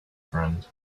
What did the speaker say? friend